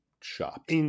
shop